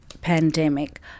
pandemic